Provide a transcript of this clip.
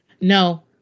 No